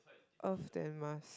Earth then Mars